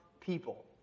people